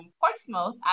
Portsmouth